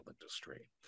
industry